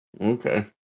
okay